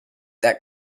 that